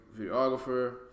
videographer